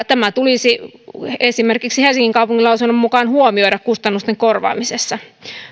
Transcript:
tämä tulisi esimerkiksi helsingin kaupungin lausunnon mukaan huomioida kustannusten korvaamisessa